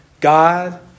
God